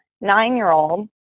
nine-year-old